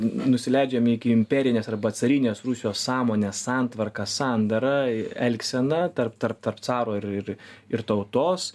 nusileidžiame iki imperinės arba carinės rusijos sąmonės santvarka sandara elgsena tarp tarp tarp caro ir ir ir tautos